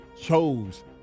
chose